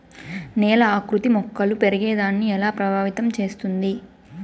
నేల ఆకృతి మొక్కలు పెరిగేదాన్ని ఎలా ప్రభావితం చేస్తుంది?